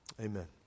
Amen